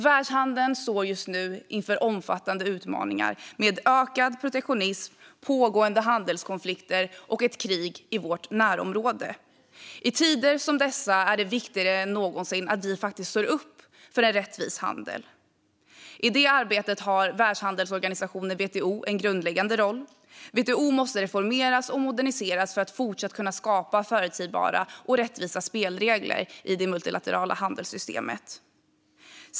Världshandeln står just nu inför omfattande utmaningar i form av ökad protektionism, pågående handelskonflikter och ett krig i vårt närområde. I tider som dessa är det viktigare än någonsin att vi står upp för en rättvis handel. I det arbetet har Världshandelsorganisationen, WTO, en grundläggande roll. WTO måste reformeras och moderniseras för att fortsatt kunna skapa förutsägbara och rättvisa spelregler i det multilaterala handelssystemet.